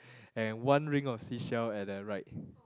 and one ring of seashell at that right